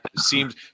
seems